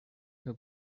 who